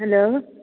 hello